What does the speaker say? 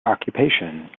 occupation